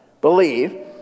believe